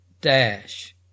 dash